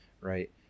right